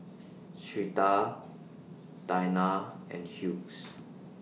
Syreeta Dayna and Hughes